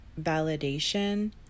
validation